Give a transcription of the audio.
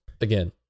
again